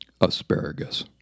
Asparagus